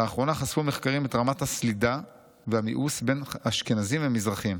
לאחרונה חשפו מחקרים את רמת הסלידה והמיאוס בין אשכנזים ומזרחים.